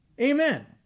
Amen